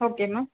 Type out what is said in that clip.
okay ma'am